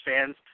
fans